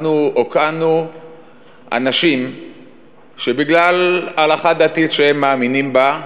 אנחנו הוקענו אנשים שבגלל הלכה דתית שהם מאמינים בה,